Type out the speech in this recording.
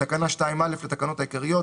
את תקנה 2(א) לתקנות העיקריות,